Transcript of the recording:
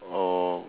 or